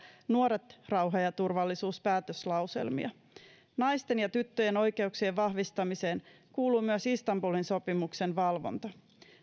nuoret rauha ja turvallisuus päätöslauselmaa naisten ja tyttöjen oikeuksien vahvistamiseen kuuluu myös istanbulin sopimuksen valvonta